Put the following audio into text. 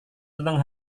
tentang